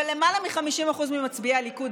למעלה מ-50% ממצביעי הליכוד,